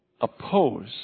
oppose